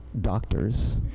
doctors